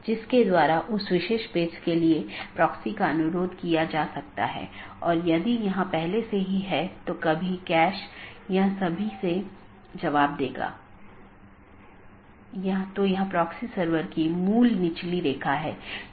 जब भी सहकर्मियों के बीच किसी विशेष समय अवधि के भीतर मेसेज प्राप्त नहीं होता है तो यह सोचता है कि सहकर्मी BGP डिवाइस जवाब नहीं दे रहा है और यह एक त्रुटि सूचना है या एक त्रुटि वाली स्थिति उत्पन्न होती है और यह सूचना सबको भेजी जाती है